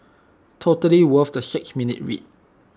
totally worth the six minutes read